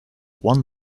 one